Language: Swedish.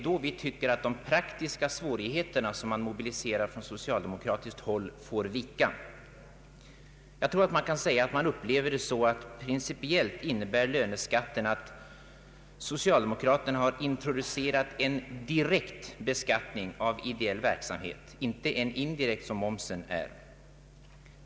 Då tycker vi att de praktiska svårigheter som från socialdemokratiskt håll har mobiliserats får vika för den principiella övertygelsen. Jag tror att man upplever det så att löneskatten principiellt innebär att socialdemokraterna har introducerat en direkt beskattning av ideell verksamhet — inte en indirekt skatt, som momsen är.